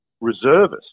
reservists